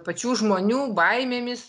pačių žmonių baimėmis